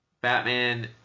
Batman